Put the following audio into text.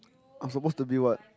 I'm suppose to be what